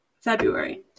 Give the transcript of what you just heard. February